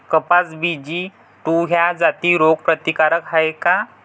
कपास BG two ह्या जाती रोग प्रतिकारक हाये का?